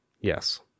Yes